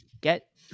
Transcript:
get